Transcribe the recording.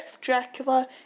Dracula